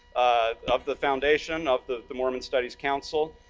of of the foundation, of the the mormon studies council.